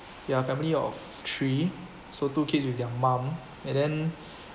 ya family of three so two kids with their mum and then